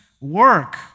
work